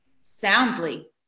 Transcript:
soundly